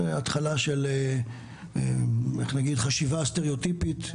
התחלה של חשיבה סטריאוטיפית,